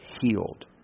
healed